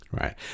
Right